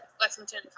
Lexington